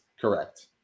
correct